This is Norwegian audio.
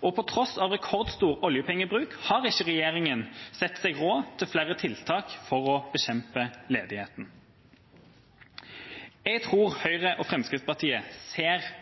Og på tross av rekordstor oljepengebruk har ikke regjeringa sett seg råd til flere tiltak for å bekjempe ledigheten. Jeg tror Høyre og Fremskrittspartiet ser